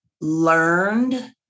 learned